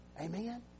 Amen